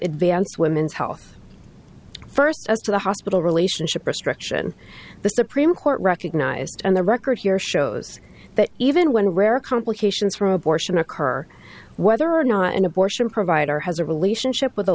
advance women's health first as to the hospital relationship restriction the supreme court recognized and the record here shows that even when rare complications from abortion occur whether or not an abortion provider has a relationship with a